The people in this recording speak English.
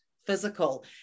physical